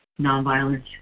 nonviolence